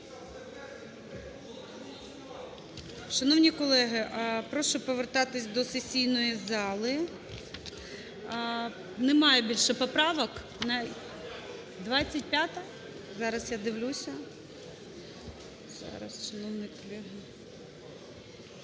Шановні колеги, прошу повертатись до сесійної зали. Немає більше поправок. 25-а? Зараз я дивлюся. Зараз, шановні колеги.